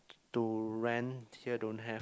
to rent here don't have